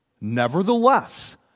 Nevertheless